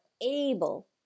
able